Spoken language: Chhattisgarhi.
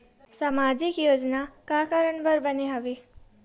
सामाजिक योजना का कारण बर बने हवे?